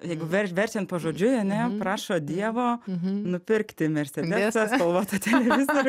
jeigu ver verčiant pažodžiui ane prašo dievo nupirkti mersedesą spalvotą televizorių